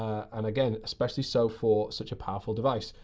and again, especially so for such a powerful device.